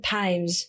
times